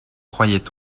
croyait